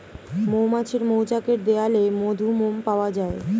মৌমাছির মৌচাকের দেয়ালে মধু, মোম পাওয়া যায়